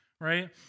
right